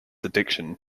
addiction